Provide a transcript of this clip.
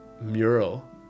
mural